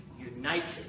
united